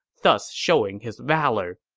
thus showing his valor.